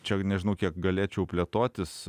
čia nežinau kiek galėčiau plėtotis